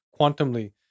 quantumly